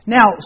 Now